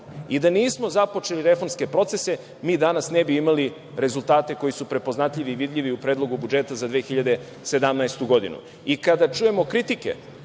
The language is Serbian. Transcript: i da nismo započeli reformske procese, mi danas ne bi imali rezultate koji su prepoznatljivi i vidljivi u Predlogu budžeta za 2017. godinu. Kada čujemo kritike